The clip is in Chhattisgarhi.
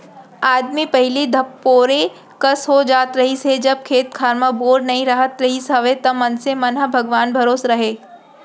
आदमी पहिली धपोरे कस हो जात रहिस हे जब खेत खार म बोर नइ राहत रिहिस हवय त मनसे मन ह भगवाने भरोसा राहय